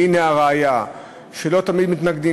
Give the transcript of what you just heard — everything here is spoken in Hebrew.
והנה הראיה שלא תמיד מתנגדים.